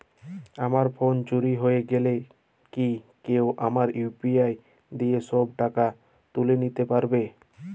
আমার ফোন চুরি হয়ে গেলে কি কেউ আমার ইউ.পি.আই দিয়ে সব টাকা তুলে নিতে পারবে?